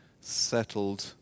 settled